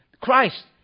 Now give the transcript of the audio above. Christ